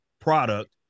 product